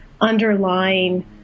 underlying